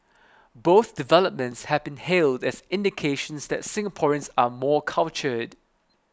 both developments have been hailed as indications that Singaporeans are more cultured